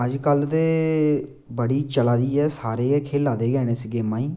अज्जकल ते बड़ी चला दी ऐ सारे गै खेला दे हैन इस गेमा गी